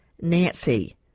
nancy